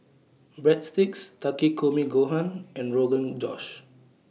Breadsticks Takikomi Gohan and Rogan Josh